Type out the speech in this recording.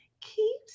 Keep